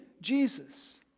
Jesus